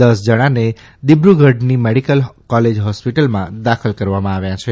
દસ જણાને દિબ્રુગઢની મેડીકલ કોલેજ હોસ્પીટલમાં દાખલ કરાયા છે